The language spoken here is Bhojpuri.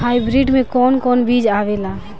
हाइब्रिड में कोवन कोवन बीज आवेला?